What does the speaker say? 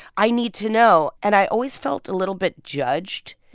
i need to know. and i always felt a little bit judged.